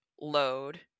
load